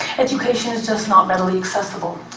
education is just not readily accessible.